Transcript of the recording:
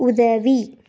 உதவி